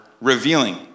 revealing